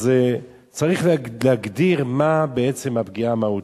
אז צריך להגדיר מה בעצם הפגיעה המהותית.